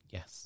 Yes